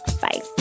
Bye